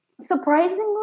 Surprisingly